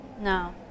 no